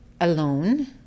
alone